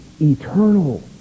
eternal